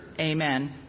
Amen